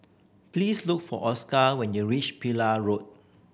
please look for Oscar when you reach Pillai Road